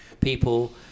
people